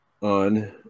on